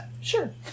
Sure